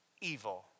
evil